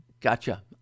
Gotcha